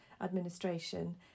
administration